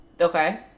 Okay